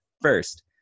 First